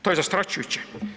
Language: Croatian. To je zastrašujuće.